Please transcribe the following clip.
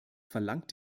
verlangt